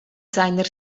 seiner